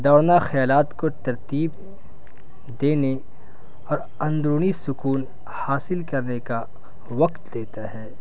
دوورنا خیالات کو ترتیب دینے اور اندرونی سکون حاصل کرنے کا وقت دیتا ہے